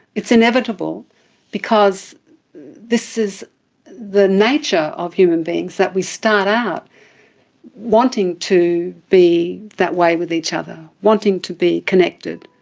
it's inevitable because this is the nature of human beings, that we start out wanting to be that way with each other, wanting to be connected,